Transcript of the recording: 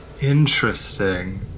Interesting